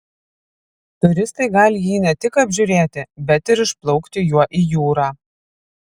turistai gali jį ne tik apžiūrėti bet ir išplaukti juo į jūrą